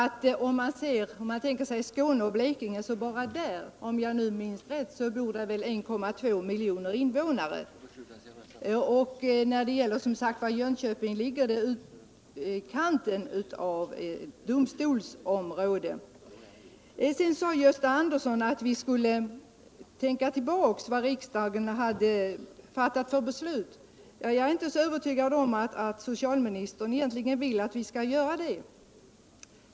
Bara i Skåne och Blekinge bor väl ca 1,2 miljoner invånare. Jönköping i utkanten av domstolsområdet. Gösta Andersson sade att vi skulle tänka tillbaka på vilka beslut riksdagen har fattat. Jag är inte så övertygad om att socialministern vill att vi skall göra det.